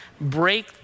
Break